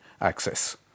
access